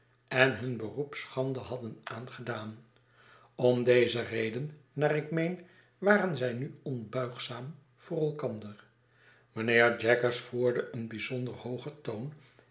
en hun beroep schande hadden aangedaan om deze reden naar ik meen waren zij nu onbuigzaam voor elkander mijnheer jaggers voerde een bijzonder hoogen toon